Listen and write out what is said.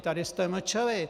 Tady jste mlčeli!